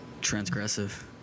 transgressive